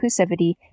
inclusivity